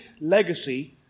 legacy